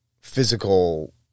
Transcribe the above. physical